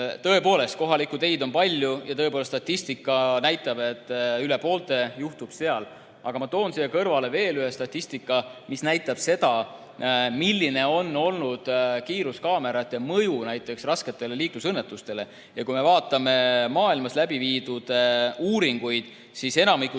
Tõepoolest, kohalikke teid on palju ja statistika näitab, et üle poole õnnetustest juhtub seal. Aga ma toon siia kõrvale veel ühe statistika, mis näitab, milline on olnud kiiruskaamerate mõju näiteks rasketele liiklusõnnetustele. Kui me vaatame maailmas läbi viidud uuringuid, siis enamikus riikides,